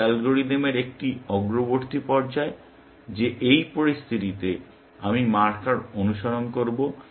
এটি অ্যালগরিদমের একটি অগ্রবর্তী পর্যায় যে এই পরিস্থিতিতে আমি মার্কার অনুসরণ করব